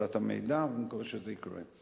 הפצת המידע, ואני מקווה שזה יקרה.